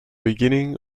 beginning